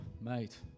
mate